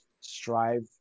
strive